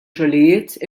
xogħlijiet